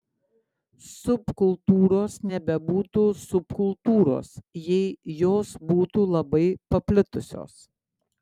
subkultūros nebebūtų subkultūros jei jos būtų labai paplitusios